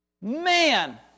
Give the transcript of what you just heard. Man